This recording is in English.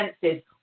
senses